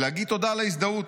ולהגיד תודה על ההזדהות.